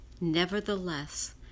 Nevertheless